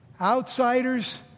Outsiders